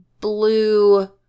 blue